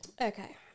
Okay